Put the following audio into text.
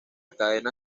cadena